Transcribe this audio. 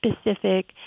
specific